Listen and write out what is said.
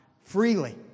freely